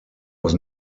was